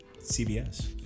CBS